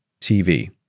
TV